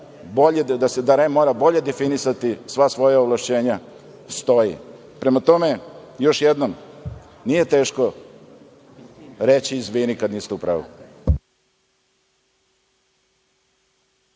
da REM mora bolje definisati sva svoja ovlašćenja, stoji. Prema tome još jednom, nije teško reći izvini kada niste u pravu.